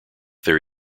their